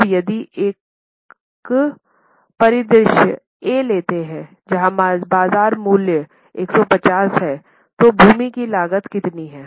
अब यदि आप परिदृश्य ए लेते हैं जहां बाजार मूल्य 150 है तो भूमि की लागत कितनी है